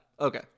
Okay